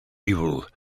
evil